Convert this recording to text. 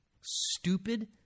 stupid